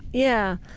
yeah.